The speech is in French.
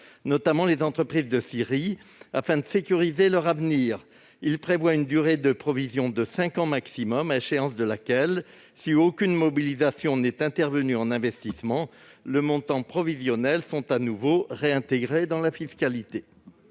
notamment des entreprises de scierie, afin de sécuriser leur avenir. Il tend à une durée de provision de cinq ans au maximum, à échéance de laquelle, si aucune mobilisation n'est intervenue en investissement, les montants provisionnés sont réintégrés dans la fiscalité.